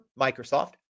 Microsoft